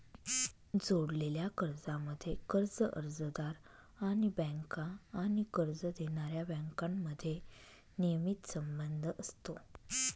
जोडलेल्या कर्जांमध्ये, कर्ज अर्जदार आणि बँका आणि कर्ज देणाऱ्या बँकांमध्ये नियमित संबंध असतो